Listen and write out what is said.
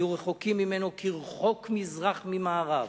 היו רחוקים ממנו כרחוק מזרח ממערב,